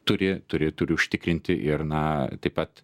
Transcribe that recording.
turi turiu užtikrinti ir na taip pat